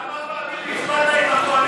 כמה פעמים הצבעת עם הקואליציה,